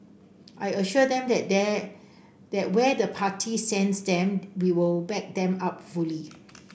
I assured them that there there where the party sends them we will back them up fully